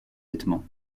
nettement